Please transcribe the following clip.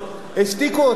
השתיקו אותם,